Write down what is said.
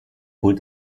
wohl